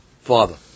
father